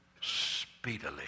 speedily